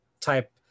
type